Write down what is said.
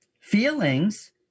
feelings